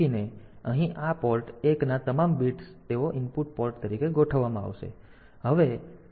તેથી અહીં પોર્ટ 1 ના તમામ બિટ્સ તેઓ ઇનપુટ પોર્ટ તરીકે ગોઠવવામાં આવશે